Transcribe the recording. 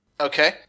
Okay